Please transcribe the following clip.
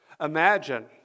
Imagine